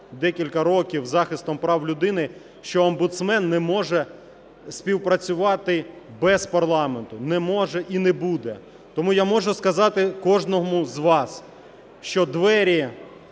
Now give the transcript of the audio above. декілька років захистом прав людини, що омбудсмен не може співпрацювати без парламенту. Не може і не буде. Тому я можу сказати кожному з вас, що двері